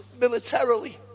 militarily